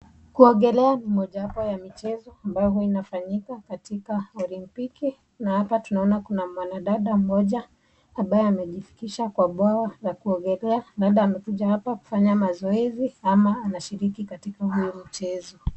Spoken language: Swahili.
Kuogelea ni mojawapo ya michezo ambayo huwa inafanyika katika Olimpiki, na hapa tunaona kuna mwanadada mmoja ambaye amejifikisha kwa bwawa la kuogelea. Labda amekuja hapa kufanya mazoezi ama anashiriki katika huu mchezo.